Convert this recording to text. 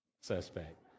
suspect